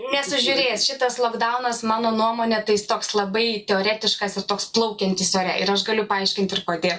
nesužiūrės šitas lokdaunas mano nuomone tai jis toks labai teoretiškas ir toks plaukiantis ore ir aš galiu paaiškint ir kodėl